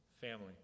family